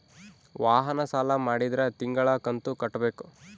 ವಾಹನ ಸಾಲ ಮಾಡಿದ್ರಾ ತಿಂಗಳ ಕಂತು ಕಟ್ಬೇಕು